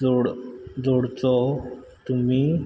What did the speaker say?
जोड जोडचो तुमी